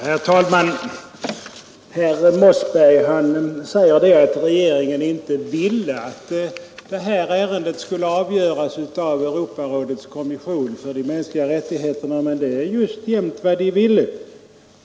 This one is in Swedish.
Herr talman! Herr Mossberg säger att regeringen inte ville att det här ärendet skulle avgöras av Europarådets kommission för de mänskliga rättigheterna, men det är just jämnt vad den ville.